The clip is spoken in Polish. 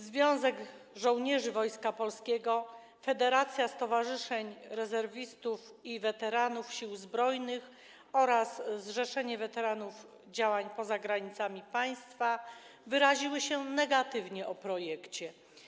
Związek Żołnierzy Wojska Polskiego, Federacja Stowarzyszeń Rezerwistów i Weteranów Sił Zbrojnych RP oraz Zrzeszenie Weteranów Działań Poza Granicami Państwa wyraziły się negatywnie o projekcie.